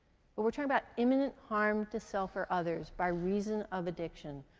but we're talking about imminent harm to self or others by reason of addiction.